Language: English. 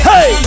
Hey